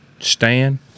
Stan